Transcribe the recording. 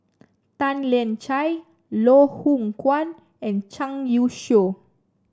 Tan Lian Chye Loh Hoong Kwan and Zhang Youshuo